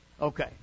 Okay